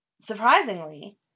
surprisingly